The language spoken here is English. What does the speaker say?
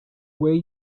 way